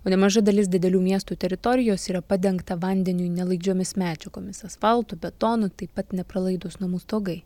o nemaža dalis didelių miestų teritorijos yra padengta vandeniui nelaidžiomis medžiagomis asfaltu betonu taip pat nepralaidūs namų stogai